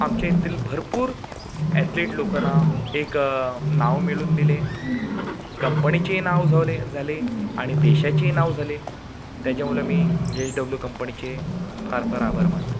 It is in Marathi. आमच्या येथील भरपूर ॲथलीट लोकांना एक नाव मिळून दिले कंपनीचे नाव झाले झाले आणि देशाचे नाव झाले त्याच्यामुळं मी जे एच डब्लू कंपनीचे फार फार आभार मानतो